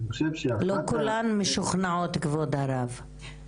לא כולן משוכנעות, כבוד הרב.